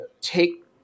take